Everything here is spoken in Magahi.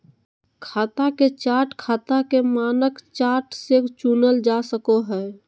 खाता के चार्ट खाता के मानक चार्ट से चुनल जा सको हय